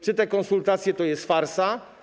Czy te konsultacje to jest farsa?